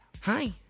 Hi